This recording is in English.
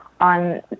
on